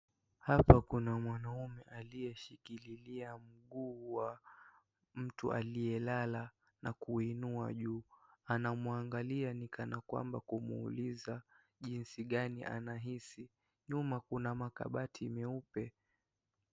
Hapa kuna mwanaume aliye shikililia mguu wa, mtu aliye lala, na kuinua juu, anamwangalia ni kana kwamba kumuuliza, jinsi gani anahisi, nyuma kuna makabati meupe.